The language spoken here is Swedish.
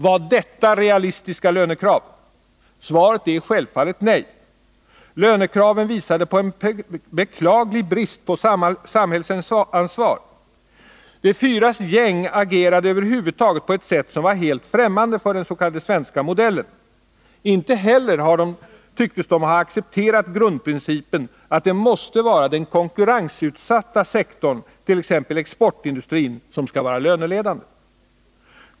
Var detta realistiska lönekrav? Svaret är självfallet nej. Lönekraven visade en beklaglig brist på samhällsansvar. De fyras gäng agerade över huvud taget på ett sätt som var helt främmande för den s.k. svenska modellen. Inte heller tycktes de ha accepterat grundprincipen att det måste vara den konkurrensutsatta sektorn — t.ex. exportindustrin — som skall vara löneledande.